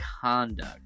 conduct